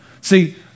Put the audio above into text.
See